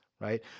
right